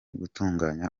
gutunganya